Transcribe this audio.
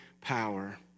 power